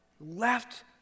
left